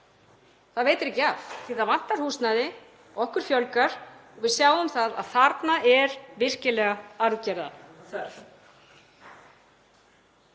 Það veitir ekki af því að það vantar húsnæði, okkur fjölgar og við sjáum að þarna er virkilega aðgerða